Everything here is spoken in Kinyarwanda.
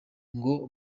ngo